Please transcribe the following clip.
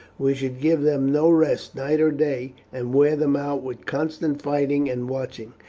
we should give them no rest night or day, and wear them out with constant fighting and watching.